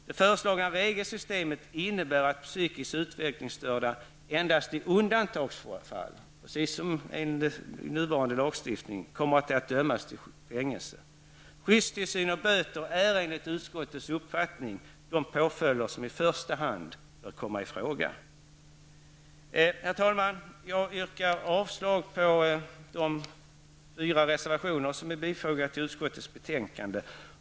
Det föreslagna regelsystemet innebär att psykiskt utveckingsstörda endast i undantagsfall, precis som enligt nuvarnade lagstiftning kommer att dömas till fängelse. Skyddstillsyn och böter är enligt utskottets uppfattning de påföljder som i första hand bör komma i fråga. Herr talman! Jag yrkar avslag på de fyra reservationer som är fogade till utskottets betänkande.